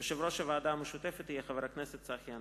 יושב-ראש הוועדה המשותפת יהיה חבר הכנסת צחי הנגבי.